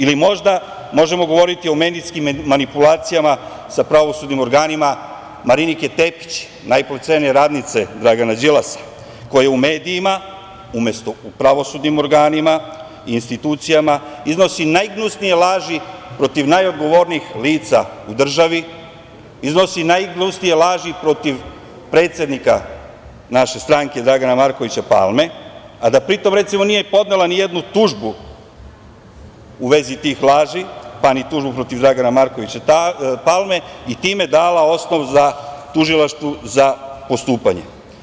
Ili možda možemo govoriti o medijskim manipulacijama sa pravosudnim organima Marinike Tepić, najplaćenije radnice Dragana Đilasa koja u medijima, umesto u pravosudnim organima i institucijama iznosi najgnusnije laži protiv najodgovornijih lica u državi, iznosi najgnusnije laži protiv predsednika naše stranke Dragana Markovića Palme, a da pri tom recimo, nije podnela nijednu tužbu u vezi tih laži, pa ni tužbu protiv Dragana Markovića Palme i time dala osnov tužilaštvu za postupanje.